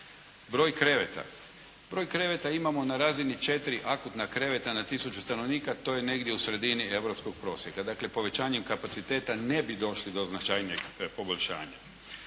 Broj kreveta. Broj kreveta imamo na razini 4 akutna kreveta na 1000 stanovnika. To je negdje u sredini europskog prosjeka. Dakle povećanjem kapaciteta ne bi došli do značajnijeg poboljšanja.